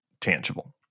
tangible